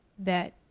that